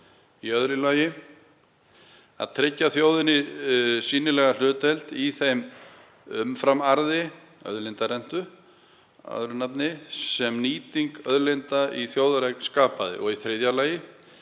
í öðru lagi að tryggja þjóðinni sýnilega hlutdeild í þeim umframarði, auðlindarentu öðru nafni, sem nýting auðlinda í þjóðareign skapaði og í þriðja lagi